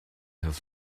his